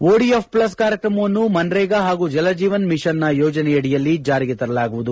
ODF plus ಕಾರ್ಯಕ್ರಮವನ್ನು ಮನ್ರೇಗಾ ಹಾಗೂ ಜಲಜೀವನ್ ಮಿಷನ್ನ ಯೋಜನೆಯಡಿಯಲ್ಲಿ ಜಾರಿಗೆ ತರಲಾಗುವುದು